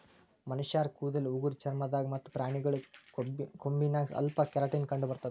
ಮನಶ್ಶರ್ ಕೂದಲ್ ಉಗುರ್ ಚರ್ಮ ದಾಗ್ ಮತ್ತ್ ಪ್ರಾಣಿಗಳ್ ಕೊಂಬಿನಾಗ್ ಅಲ್ಫಾ ಕೆರಾಟಿನ್ ಕಂಡಬರ್ತದ್